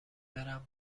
برم